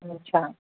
अछा